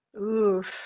Oof